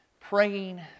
praying